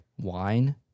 wine